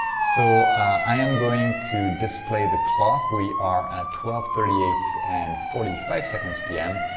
so i am going to display the clock we are at twelve thirty eight and forty five seconds p m.